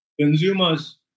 consumers